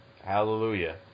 Hallelujah